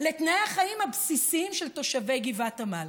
לתנאי החיים הבסיסיים של תושבי גבעת עמל.